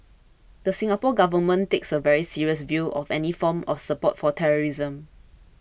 the Singapore Government takes a very serious view of any form of support for terrorism